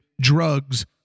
drugs